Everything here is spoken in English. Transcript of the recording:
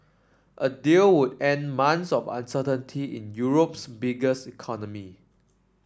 a deal would end months of uncertainty in Europe's biggest economy